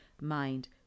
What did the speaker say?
mind